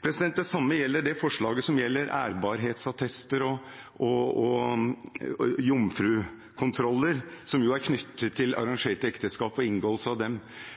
Det samme gjelder forslaget til vedtak om ærbarhetsattester og uskyldighetskontroller, som jo er knyttet til arrangerte ekteskap og inngåelse av dem.